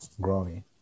growing